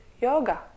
yoga